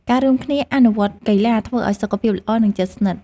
ការរួមគ្នាអនុវត្តកីឡាធ្វើឱ្យសុខភាពល្អនិងជិតស្និទ្ធ។